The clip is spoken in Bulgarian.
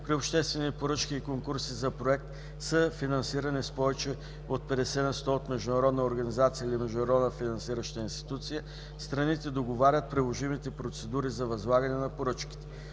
при обществени поръчки и конкурси за проект, съфинансирани с повече от 50 на сто от международна организация или международна финансираща институция, страните договарят приложимите процедури за възлагане на поръчките;